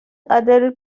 other